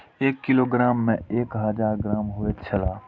एक किलोग्राम में एक हजार ग्राम होयत छला